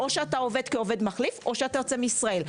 או שאתם עובדים כעובדים מחליפים או שאתם יוצאים מישראל.